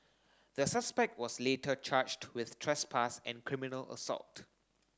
the suspect was later charged with trespass and criminal assault